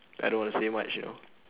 I don't want to say much you know